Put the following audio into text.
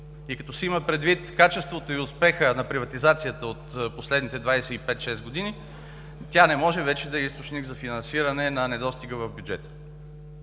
и като се има предвид качеството и успеха на приватизацията от последните 25 26 години, тя не може вече да е източник за финансиране на недостига в бюджета.